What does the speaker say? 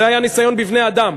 זה היה ניסיון בבני-אדם,